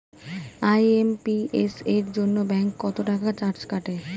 IMPS এর জন্য bank কত চার্জ কাটে?